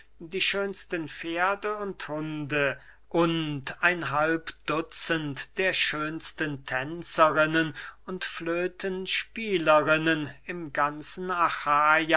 die schönsten pferde und hunde und ein halbdutzend der schönsten tänzerinnen und flötenspielerinnen im ganzen achaja